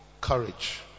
courage